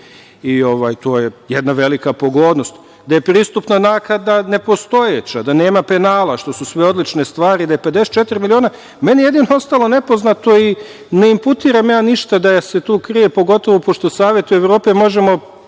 i to je jedna velika pogodnost. Pristupna naknada je nepostojeća, nema penala, što su sve odlične stvari, da je 54 miliona. Meni je jedino ostalo nepoznato, ne inputiram ja ništa da se tu krije, pogotovo pošto Savetu Evrope možemo